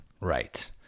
right